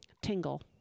tingle